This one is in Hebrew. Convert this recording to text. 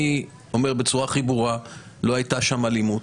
אני אומר בצורה הכי ברורה: לא הייתה שם אלימות.